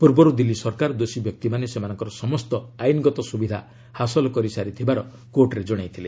ପୂର୍ବରୁ ଦିଲ୍ଲୀ ସରକାର ଦୋଷୀ ବ୍ୟକ୍ତିମାନେ ସେମାନଙ୍କର ସମସ୍ତ ଆଇନ୍ଗତ ସୁବିଧା ହାସଲ କରିସାରିଥିବାର କୋର୍ଟରେ ଜଣାଇଥିଲେ